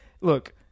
look